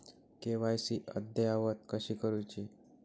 KYC अद्ययावत कशी करुची?